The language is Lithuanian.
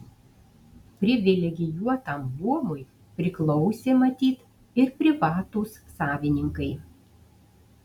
privilegijuotam luomui priklausė matyt ir privatūs savininkai